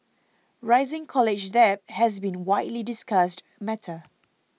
rising college debt has been a widely discussed matter